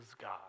God